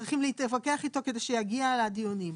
צריך להתווכח איתו כדי שיגיע לדיונים.